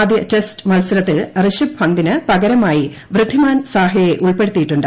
ആദ്യ ടെസ്റ്റ് മത്സരത്തിൽ ഋഷഭ് പന്തിന് പകരമായി വൃദ്ധിമാൻ സാഹയെ ഉൾപ്പെടുത്തിയിട്ടുണ്ട്